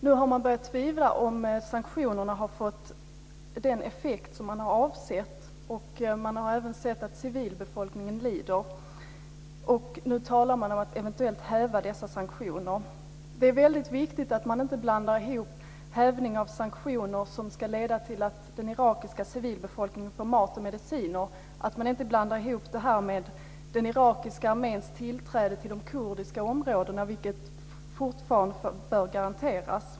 Nu har man börjat tvivla på att sanktionerna har fått den effekt som man avsett. Man har även sett att civilbefolkningen lider. Nu talar man om att eventuellt häva dessa sanktioner. Det är väldigt viktigt att inte blanda ihop hävning av sanktioner som ska leda att den irakiska civilbefolkningen får mat och medicin med den irakiska arméns tillträde till de kurdiska områdena, vilkas skydd fortfarande bör garanteras.